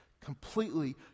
completely